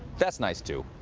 that's nice, too.